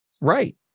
right